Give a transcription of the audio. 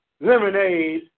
lemonade